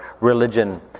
religion